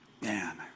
man